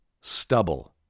stubble